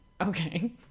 Okay